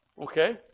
Okay